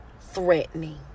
threatening